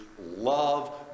love